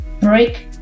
Break